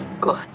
good